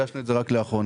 הגשנו את זה רק לאחרונה.